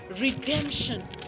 redemption